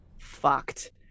fucked